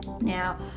Now